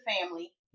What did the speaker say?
family